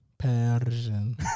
Persian